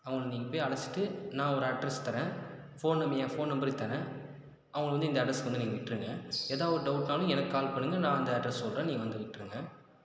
அவங்களை நீங்கள் போய் அழைச்சுட்டு நான் ஒரு அட்ரெஸ் தர்றேன் ஃபோன் நம்பர் என் ஃபோன் நம்பரையும் தர்றேன் அவங்களை வந்து இந்த அட்ரஸுக்கு வந்து நீங்கள் விட்டுருங்க ஏதா ஒரு டவுட்டுனாலும் எனக்கு கால் பண்ணுங்கள் நான் அந்த அட்ரெஸ் சொல்கிறேன் நீங்கள் வந்து விட்டுருங்க